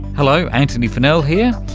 hello, antony funnell here.